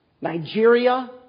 Nigeria